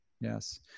Yes